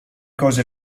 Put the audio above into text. cose